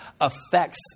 affects